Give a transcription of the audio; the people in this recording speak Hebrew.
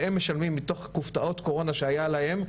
שהם משלמים מתוך --- קורונה שהיה להם,